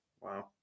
Wow